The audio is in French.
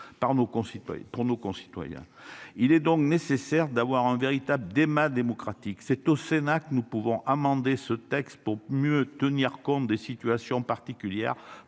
Il est donc nécessaire d'avoir un véritable débat démocratique, c'est au Sénat que nous pouvons amender ce texte pour mieux tenir compte des situations particulières.